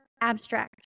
abstract